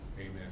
Amen